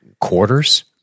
quarters